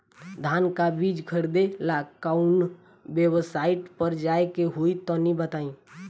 धान का बीज खरीदे ला काउन वेबसाइट पर जाए के होई तनि बताई?